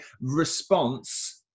response